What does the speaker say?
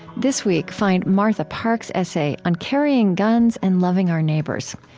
this week, find martha park's essay on carrying guns and loving our neighbors.